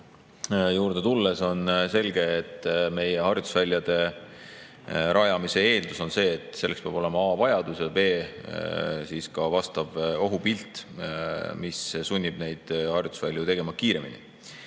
juurde tulles on selge, et meie harjutusväljade rajamise eeldus on see, et selleks peab olema a) vajadus ja b) vastav ohupilt, mis sunnib neid harjutusvälju tegema kiiremini.